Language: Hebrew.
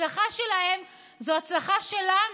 הצלחה שלהם זו הצלחה שלנו.